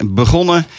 begonnen